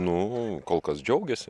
nu kol kas džiaugiasi